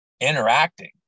interacting